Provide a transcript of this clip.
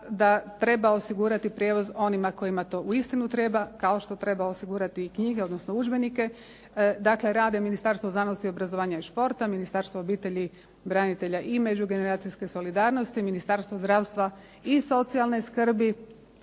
da treba osigurati prijevoz onima kojima to uistinu treba, kao što treba osigurati i knjige, odnosno udžbenike. Dakle rade Ministarstvo znanosti, obrazovanja i športa, Ministarstvo obitelji, branitelja i međugeneracijske solidarnosti, Ministarstvo zdravstva i socijalne skrbi,